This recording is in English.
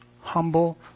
humble